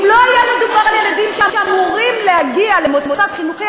אם לא היה מדובר על ילדים שאמורים להגיע למוסד חינוכי,